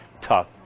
tough